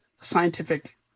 Scientific